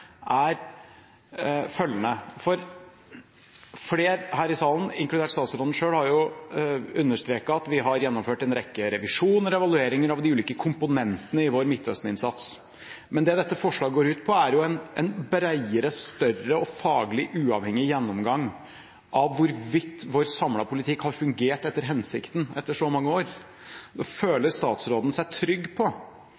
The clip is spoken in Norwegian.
dette følgende: Flere her i salen, inkludert utenriksministeren selv, har understreket at vi har gjennomført en rekke revisjoner og evalueringer av de ulike komponentene i vår Midtøsten-innsats. Men det dette forslaget går ut på, er jo en bredere, større og faglig uavhengig gjennomgang av hvorvidt vår samlede politikk har fungert etter hensikten etter så mange år.